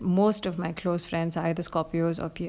most of my close friends are either scorpio